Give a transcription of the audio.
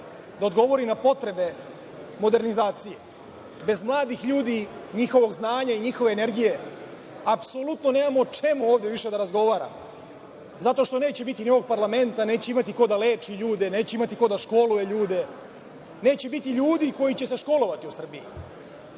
da odgovori na potrebe modernizacije. Bez mladih ljudi, bez njihovog znanja i njihove energije, apsolutno nemamo o čemu ovde više da razgovaramo, zato što neće biti ni ovog parlamenta, neće imati ko da leči ljude, neće imati ko da školuje ljude, neće biti ljudi koji će se školovati u Srbiji.